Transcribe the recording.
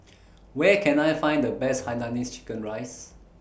Where Can I Find The Best Hainanese Chicken Rice